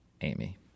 Amy